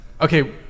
Okay